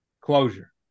Closure